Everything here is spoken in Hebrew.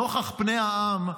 נוכח פני העם,